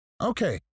Okay